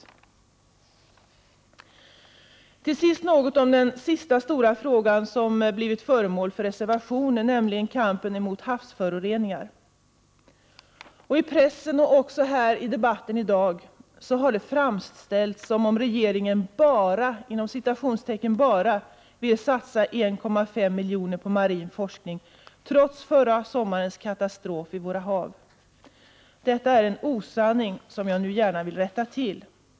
Jag vill också säga något om den sista stora fråga som blivit föremål för reservationer, nämligen kampen mot havsföroreningar. I pressen, och också i debatten här i dag, har det framställts som om regeringen ”bara” vill satsa 1,5 milj.kr. på marin forskning trots förra sommarens katastrof i våra hav. Detta är en osanning, som jag nu gärna vill rätta till.